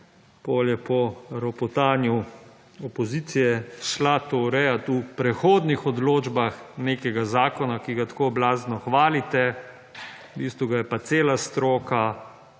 potem je po ropotanju opozicije šla to urejati v predhodnih odločbah nekega zakona, ki ga tako blazno hvalite, v bistvu ga je pa cela stroka